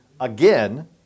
again